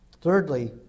Thirdly